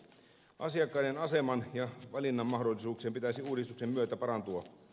asiakkaiden aseman ja valinnanmahdollisuuksien pitäisi uudistuksen myötä parantua